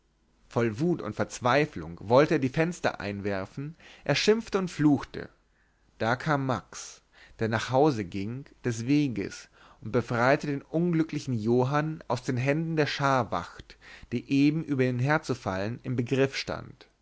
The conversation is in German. voll wut und verzweiflung wollte er die fenster einwerfen er schimpfte und fluchte da kam max der nach hause ging des weges und befreite den unglücklichen johann aus den händen der scharwacht die eben über ihn herzufallen im begriff stand